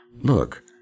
look